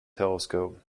telescope